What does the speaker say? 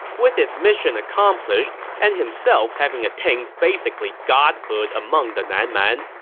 with his mission accomplished and himself having attained basically godhood among the nan man,